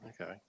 okay